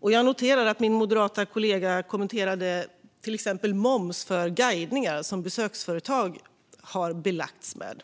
Jag noterar att min moderata kollega kommenterade till exempel moms för guidningar, som besöksföretag har belagts med.